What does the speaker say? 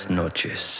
noches